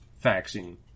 vaccine